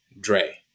Dre